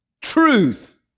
truth